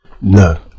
No